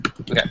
okay